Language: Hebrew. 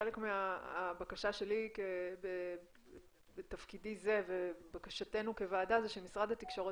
חלק מהבקשה שלי בתפקידי זה ובקשתנו כוועדה זה שמשרד התקשורת